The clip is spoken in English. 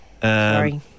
Sorry